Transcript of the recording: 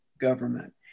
government